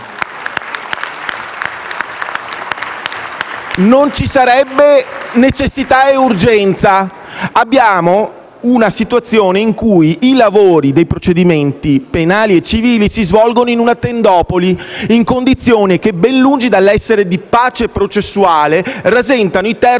Non ci sarebbero necessità e urgenza. Abbiamo una situazione in cui i lavori dei procedimenti penali e civili si svolgono in una tendopoli, in condizioni che, ben lungi dall'essere di pace processuale, rasentano i termini della Convenzione